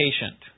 patient